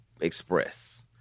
express